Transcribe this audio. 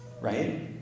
right